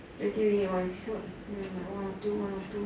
twenty minutes one episode one or two one or two